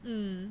mm